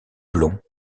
blonds